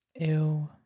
Ew